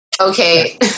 Okay